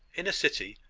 in a city,